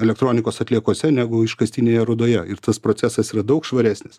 elektronikos atliekose negu iškastinėje rūdoje ir tas procesas yra daug švaresnis